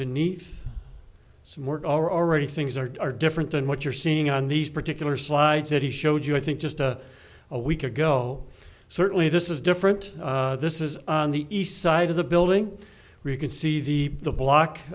beneath some work already things are different than what you're seeing on these particular slides that he showed you i think just a week ago certainly this is different this is on the east side of the building where you can see the the